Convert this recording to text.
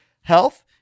Health